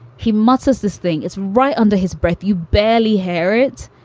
he mutters, this thing is right under his breath. you barely hear it.